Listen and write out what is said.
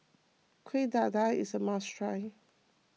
Kueh Dadar is a must try